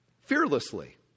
fearlessly